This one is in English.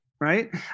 right